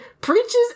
preaches